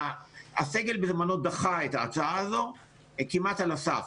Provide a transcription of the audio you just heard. הסגל בזמנו דחה את ההצעה הזאת כמעט על הסף.